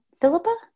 philippa